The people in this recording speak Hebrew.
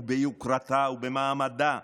ביוקרתה ובמעמדה,